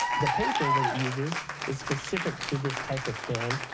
the paper that it uses is specific to this type of pen.